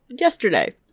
yesterday